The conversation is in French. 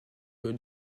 que